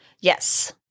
Yes